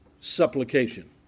supplication